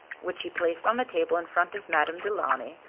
which he placed on a table in front of madame du launy,